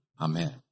Amen